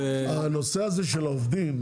הנושא הזה של העובדים,